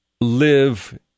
live